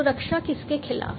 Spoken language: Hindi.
तो रक्षा किसके खिलाफ